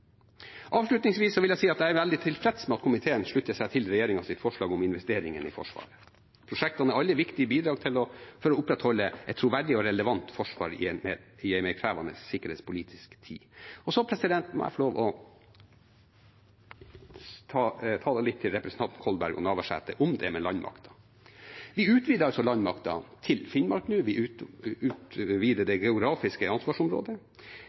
vil jeg si at jeg er veldig tilfreds med at komiteen slutter seg til regjeringens forslag om investeringer i Forsvaret. Prosjektene er alle viktige bidrag for å opprettholde et troverdig og relevant forsvar i en mer krevende sikkerhetspolitisk tid. Så må jeg få lov til å tale litt til representantene Kolberg og Navarsete om landmakten: Vi utvider landmakten til Finnmark nå. Vi utvider det geografiske ansvarsområdet,